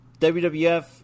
WWF